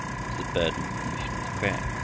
the burden of the missionary s prayer.